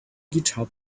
guitar